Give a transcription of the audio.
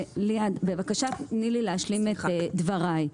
ליעד, בבקשה תני לי להשלים את דבריי.